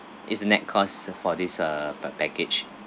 it's net cost for this uh per package